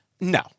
No